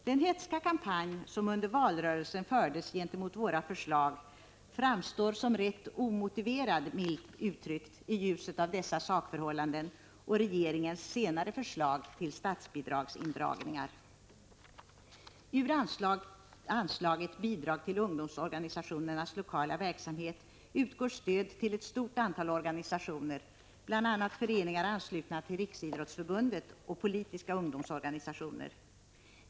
Den hätska kampanj som under valrörelsen fördes gentemot våra förslag framstår, milt uttryckt, som rätt omotiverad i ljuset av dessa sakförhållanden och regeringens senare framlagda förslag till statsbidragsindragningar. Ur anslaget Bidrag till ungdomsorganisationernas lokala verksamhet utgår stöd till ett stort antal organisationer, bl.a. föreningar anslutna till riksidrottsförbundet och politiska ungdomsorganisationer.